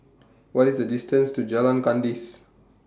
What IS The distance to Jalan Kandis